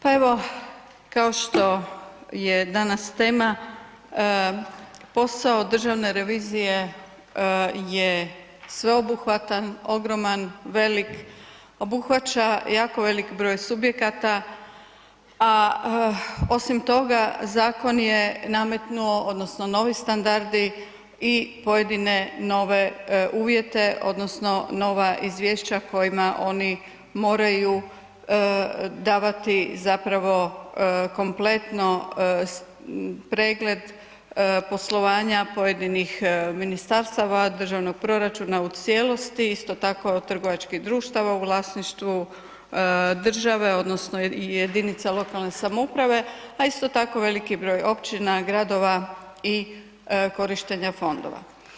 Pa evo, kao što je danas tema, posao Državne revizije sveobuhvatan, ogroman, velik, obuhvaća jako velik broj subjekata a osim toga zakon je nametnuo odnosno novi standardi i pojedine nove uvjete odnosno nova izvješća kojima oni moraju davati zapravo kompletno pregled poslovanja pojedinih ministarstva, državnog proračuna u cijelosti, isto tako trgovačkih društava u vlasništvu države odnosno jedinica lokalne samouprave a isto tako veliki broj općina, gradova i korištenja fondova.